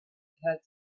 had